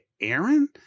Aaron